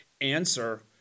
answer